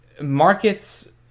markets